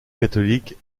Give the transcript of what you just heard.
catholique